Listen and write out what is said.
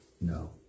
No